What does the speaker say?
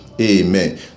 amen